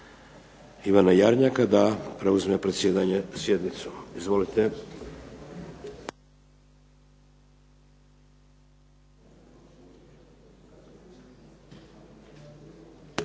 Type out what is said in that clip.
Ivana Jarnjaka da preuzme predsjedanje sjednicom. Izvolite.